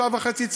שעה וחצי,